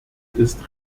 ist